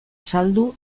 saldu